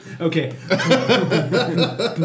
Okay